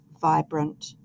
vibrant